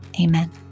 amen